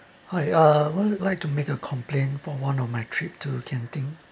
hi uh I would like to make a complaint for one of my trip to genting